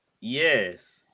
Yes